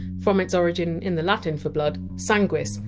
from its origin in the latin for blood! sanguis!